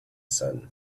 sun